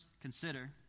consider